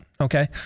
okay